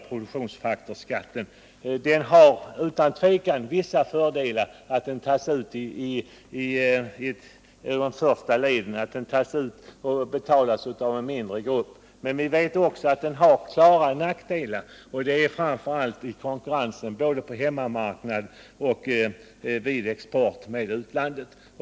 Produktionsfaktorsskatten har utan tvivel vissa fördelar, nämligen att den tas ut i de första leden och betalas av en mindre grupp. Men vi vet att den också har klara nackdelar, framför allt när det gäller konkurrensen både på hemmamarknaden och vid export.